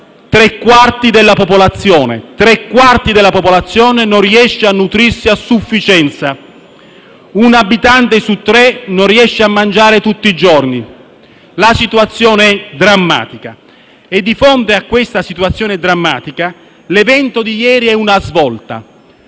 tre quarti della popolazione non riesce a nutrirsi a sufficienza e un abitante su tre non riesce a mangiare tutti i giorni. La situazione è drammatica. Di fronte a questa situazione drammatica, l'evento di ieri è una svolta.